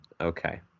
okay